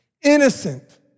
innocent